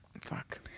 Fuck